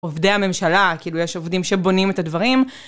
עובדי הממשלה, כאילו יש עובדים שבונים את הדברים.